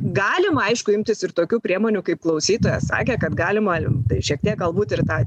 galim aišku imtis ir tokių priemonių kaip klausytojas sakė kad galima šiek tiek galbūt ir tą